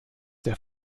der